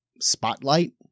spotlight